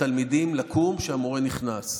תלמידים לקום כשהמורה נכנס.